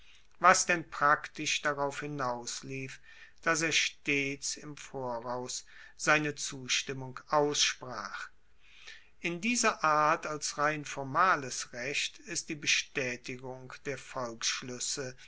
was denn praktisch darauf hinauslief dass er stets im voraus seine zustimmung aussprach in dieser art als rein formales recht ist die bestaetigung der